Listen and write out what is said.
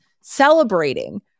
celebrating